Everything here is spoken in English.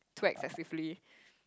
too excessively